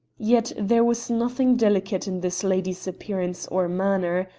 yet there was nothing delicate in this lady's appearance or manner.